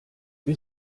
wir